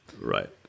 right